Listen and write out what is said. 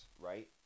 right